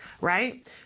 right